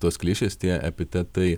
tos klišės tie epitetai